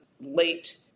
late